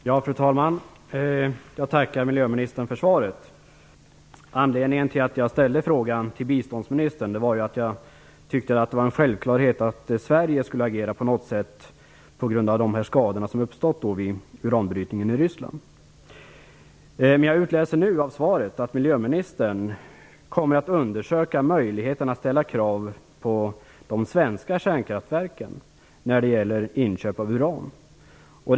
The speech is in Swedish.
Fru talman! Jag tackar miljöministern för svaret. Anledningen till att jag ställde frågan till biståndsministern var att jag tyckte att det var en självklarhet att Sverige skulle agera på något sätt med tanke på de skador som uppstått vid uranbrytningen i Jag utläser av svaret att miljöministern kommer att undersöka möjligheten att ställa krav på de svenska kärnkraftverken när det gäller inköp av uran.